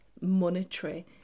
monetary